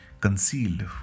concealed